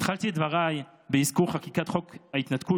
התחלתי את דבריי באזכור חקיקת חוק ההתנתקות